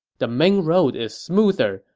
the main road is smoother,